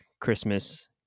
christmas